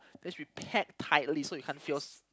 just repack tightly so you can't feels